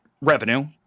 revenue